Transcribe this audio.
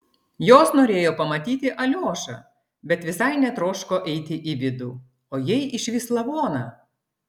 jos norėjo pamatyti aliošą bet visai netroško eiti į vidų o jei išvys lavoną